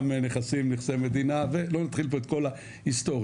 נכסים נכסי מדינה ולא נתחיל פה את כל ההיסטוריה,